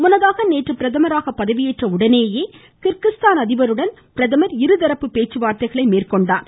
முன்னதாக நேற்று பிரதமராக பதவியேற்றவுடன் கிர்கிஸ்தான அதிபருடன் அவர் இருதரப்பு பேச்சுவார்த்தைகளை மேற்கொண்டார்